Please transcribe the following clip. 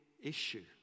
issue